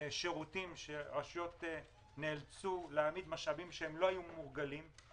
שירותים שרשויות נאלצו להעמיד משאבים שהן לא היו מורגלות בהם,